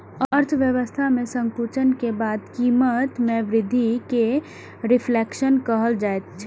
अर्थव्यवस्था मे संकुचन के बाद कीमत मे वृद्धि कें रिफ्लेशन कहल जाइ छै